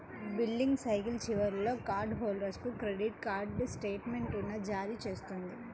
billing cycle చివరిలో card హోల్డర్కు credit card స్టేట్మెంట్ను జారీ చేస్తుంది